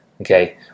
Okay